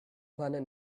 planet